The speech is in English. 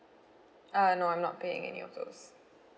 uh no I'm not paying any of those